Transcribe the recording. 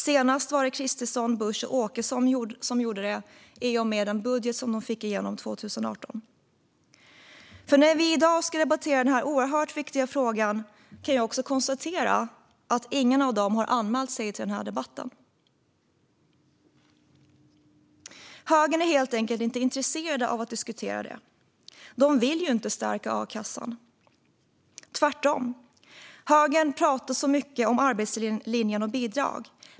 Senast var det Kristersson, Busch och Åkesson som gjorde det i och med den budget som de fick igenom 2018. När vi i dag ska debattera denna oerhört viktiga fråga kan jag också konstatera att ingen av dem har anmält sig till denna debatt. Högern är helt enkelt inte intresserad av att diskutera detta. Man vill inte stärka a-kassan. Tvärtom talar högern så mycket om arbetslinjen och bidrag.